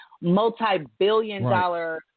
multi-billion-dollar